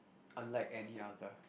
unlike any other